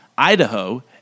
Idaho